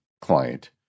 client